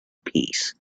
peace